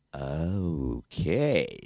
okay